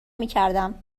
میکردم